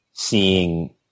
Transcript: seeing